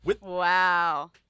Wow